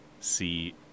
see